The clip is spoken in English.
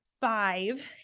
five